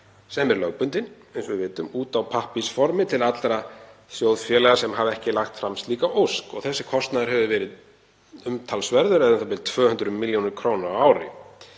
sem er lögbundinn eins og við vitum, út á pappírsformi til allra sjóðfélaga sem hafa ekki lagt fram slíka ósk. Þessi kostnaður hefur verið umtalsverður eða u.þ.b. 200 millj. kr. á ári.